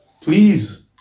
please